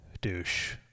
douche